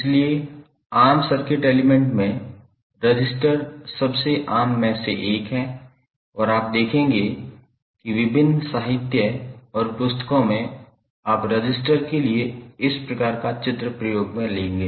इसलिए आम circuit element में रजिस्टर सबसे आम में से एक है और आप देखेंगे कि विभिन्न साहित्य और पुस्तकों में आप रजिस्टर के लिए इस तरह का चित्र देखेंगे